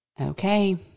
Okay